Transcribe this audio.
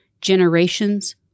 generations